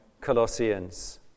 Colossians